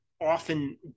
often